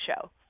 show